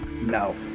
No